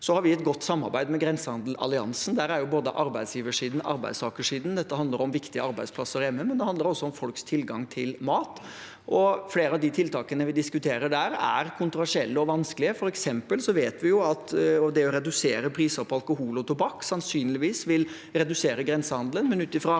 Så har vi et godt samarbeid med Grensehandelsalliansen. Der er både arbeidsgiversiden og arbeidstakersiden. Dette handler om viktige arbeidsplasser her hjemme, men det handler også om folks tilgang til mat. Flere av tiltakene vi diskuterer der, er kontroversielle og vanskelige. For eksempel vet vi at det å redusere prisen på alkohol og tobakk sannsynligvis vil redusere grensehandelen, men ut fra